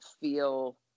feel